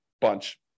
bunch